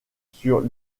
sur